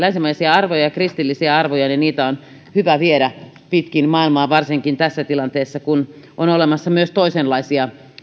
länsimaisia arvoja ja kristillisiä arvoja on hyvä viedä pitkin maailmaa varsinkin tässä tilanteessa kun on olemassa myös toisenlaisia